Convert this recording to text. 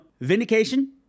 Vindication